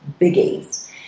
biggies